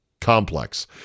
complex